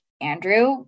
Andrew